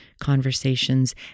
conversations